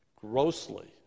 grossly